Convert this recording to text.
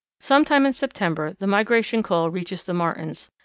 some time in september the migration call reaches the martins,